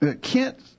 Kent